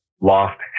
lost